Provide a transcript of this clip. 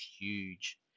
huge